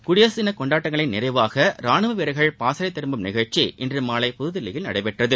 குடியரசு தின கொண்டாடங்களின் நிறைவாக ராணுவ வீரர்கள் பாசறை திரும்பும் நிகழ்ச்சி இன்றுமாலை புதுதில்லியில் நடைபெற்றது